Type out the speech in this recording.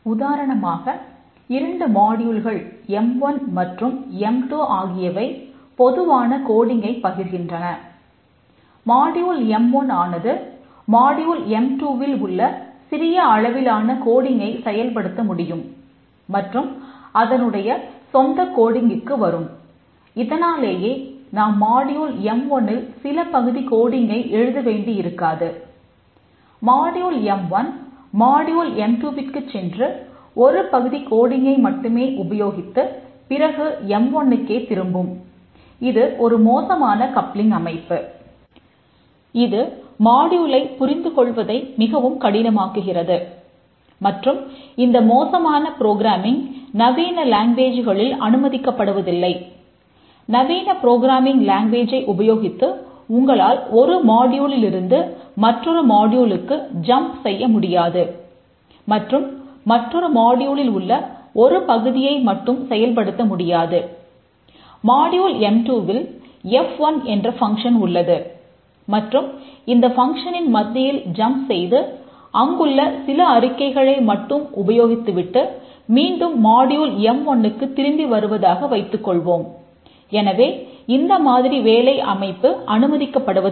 உதாரணமாக இரண்டு மாடியூல்கள் அனுமதிக்கப்படுவதில்லை